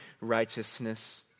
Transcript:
righteousness